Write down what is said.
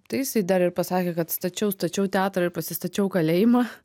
tai jisai dar ir pasakė kad stačiau stačiau teatrą ir pasistačiau kalėjimą